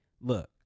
look